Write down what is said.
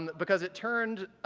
because it turned,